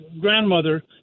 grandmother